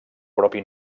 propi